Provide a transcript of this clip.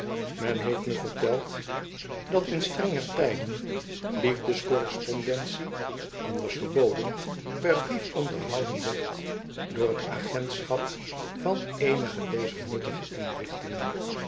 men heeft me verteid dat in strenger tijden liefdescovrespondentie anders verboden per brief onderhouden werd door t agentschap van eenige dezer nuttige inrichtingen in